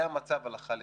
זה המצב הלכה למעשה.